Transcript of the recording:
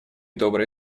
добрые